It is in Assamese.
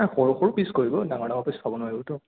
না সৰু সৰু পিছ কৰিব ডাঙৰ ডাঙৰ পিছ খাব নোৱাৰিবটো